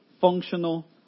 functional